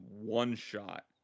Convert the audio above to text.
one-shot